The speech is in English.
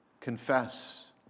confess